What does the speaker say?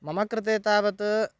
मम कृते तावत्